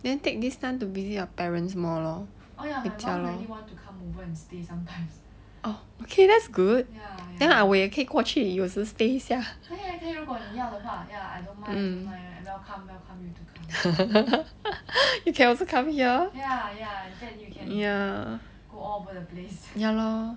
then take this time to visit your parents more lor oh okay that's good then I will 可以过去有时 stay 一下